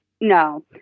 No